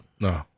No